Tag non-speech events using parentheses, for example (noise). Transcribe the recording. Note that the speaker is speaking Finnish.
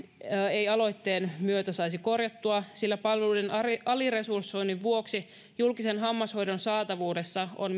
ei aloitteen myötä saisi korjattua sillä palveluiden aliresursoinnin vuoksi myös julkisen hammashoidon saatavuudessa on (unintelligible)